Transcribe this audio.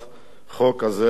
החוק הזאת, הספציפית.